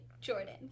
Jordan